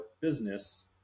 business